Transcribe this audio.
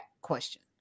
question